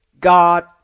God